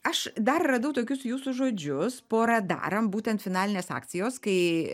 aš dar radau tokius jūsų žodžius po radarom būtent finalinės akcijos kai